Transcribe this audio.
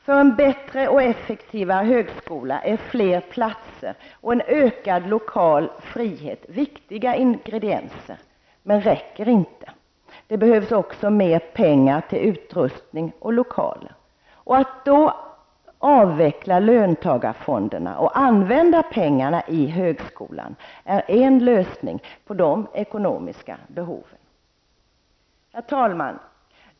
För en bättre och effektivare högskola är fler platser och en ökad lokal frihet viktiga ingredienser men räcker inte. Det behövs också mer pengar till utrustning och lokaler. Att då avveckla löntagarfonderna och använda pengarna i högskolan är en lösning på de ekonomiska behoven. Herr talman!